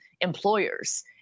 employers